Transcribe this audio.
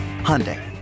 Hyundai